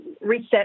reset